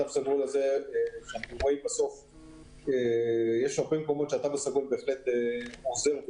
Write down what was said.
יש מקומות שזה עוזר,